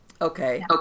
Okay